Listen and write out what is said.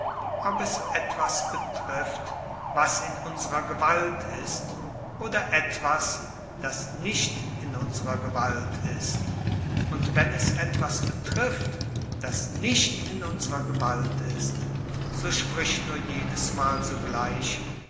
ob es etwas betrifft was in unserer gewalt ist oder etwas das nicht in unserer gewalt ist und wenn es etwas betrifft das nicht in unserer gewalt ist so sprich nur jedesmal sogleich